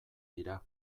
dira